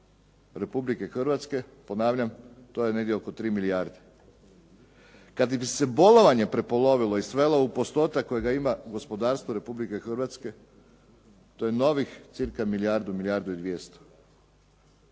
Republike Hrvatske ponavljam to je negdje oko 3 milijarde. Kad bi se bolovanje prepolovilo i svelo u postotak kojega ima gospodarstvo Republike Hrvatske to je novih cirka milijardu, milijardu i 200.